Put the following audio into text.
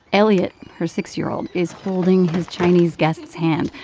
elliott, her six year old, is holding his chinese guest's hand,